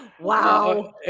Wow